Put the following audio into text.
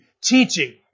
teaching